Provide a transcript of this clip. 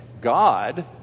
God